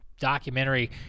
documentary